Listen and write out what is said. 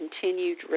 continued